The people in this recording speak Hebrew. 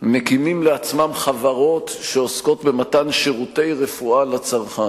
מקימים לעצמם חברות שעוסקות במתן שירותי רפואה לצרכן,